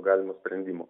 galimo sprendimo